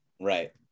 Right